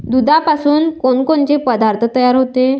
दुधापासून कोनकोनचे पदार्थ तयार होते?